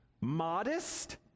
modest